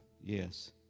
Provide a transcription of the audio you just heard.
yes